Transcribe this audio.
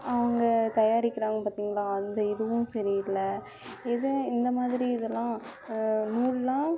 அங்கே தயாரிக்கிறாங்க பார்த்திங்களா அந்த இதுவும் சரியில்லை இது இந்த மாதிரி இதெல்லாம் நூல்லாம்